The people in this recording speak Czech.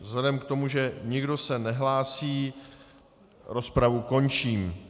Vzhledem k tomu, že se nikdo nehlásí, rozpravu končím.